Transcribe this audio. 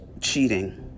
cheating